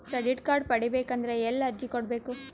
Credit card ಪಡಿಬೇಕು ಅಂದ್ರ ಎಲ್ಲಿ ಅರ್ಜಿ ಕೊಡಬೇಕು?